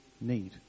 need